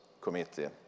committee